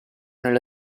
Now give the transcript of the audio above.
nella